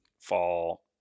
fall